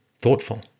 thoughtful